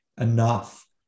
enough